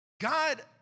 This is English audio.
God